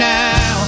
now